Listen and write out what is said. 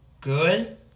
Good